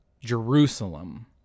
Jerusalem